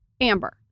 Amber